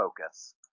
focus